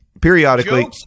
periodically